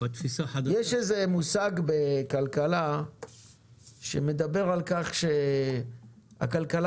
יש מושג בכלכלה שמדבר על כך שהכלכלה